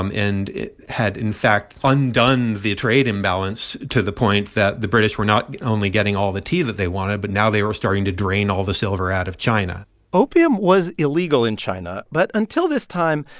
um and it had, in fact, undone the trade imbalance to the point that the british were not only getting all the tea that they wanted, but now they were starting to drain all the silver out of china opium was illegal in china, but until this time,